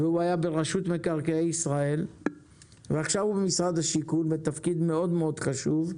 הוא היה ברשות מקרקעי ישראל ועכשיו הוא במשרד השיכון בתפקיד מאוד חשוב,